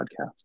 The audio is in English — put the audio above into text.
podcast